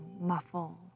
muffle